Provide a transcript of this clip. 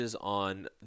on